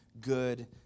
good